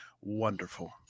wonderful